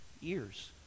years